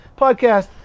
podcast